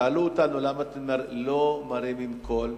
שאלו אותנו: למה אתם לא מרימים קול?